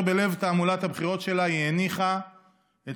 בלב תעמולת בחירות שלה היא הניחה את